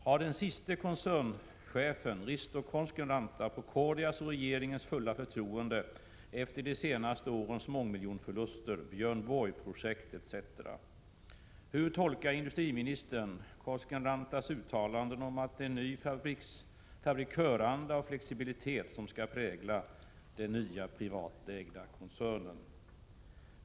Har den siste koncernchefen, Risto Koskenranta, Procordias och regeringens fulla förtroende efter de senaste årens mångmiljonförluster, Björn Borg-projektet etc.? 3. Hur tolkar industriministern Koskenrantas uttalanden om en ny fabrikörsanda och flexibilitet, som skall prägla den nya privatägda koncernen?